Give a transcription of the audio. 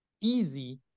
easy